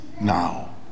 now